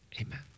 Amen